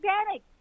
organic